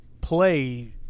play –